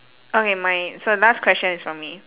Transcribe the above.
okay my so last question is from me